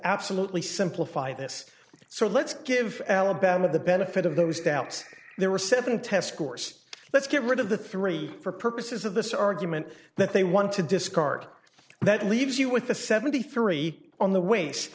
absolutely simplify this so let's give alabama the benefit of those doubts there were seven tests course let's get rid of the three for purposes of this argument that they want to discard that leaves you with a seventy three on the wa